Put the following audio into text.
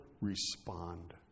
respond